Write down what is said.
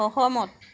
সহমত